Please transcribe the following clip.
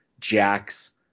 jack's